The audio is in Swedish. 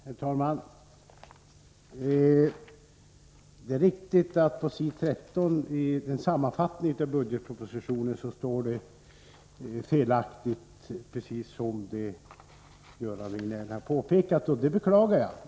Herr talman! Det är riktigt att det i sammanfattningen på s. 13 i bil. 8 till budgetpropositionen felaktigt står precis så som Göran Riegnell här har påpekat — och det beklagar jag.